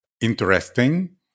interesting